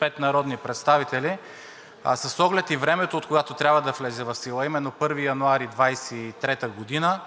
175 народни представители, а с оглед и времето, откогато трябва да влезе в сила, именно 1 януари 2023 г.,